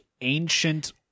ancient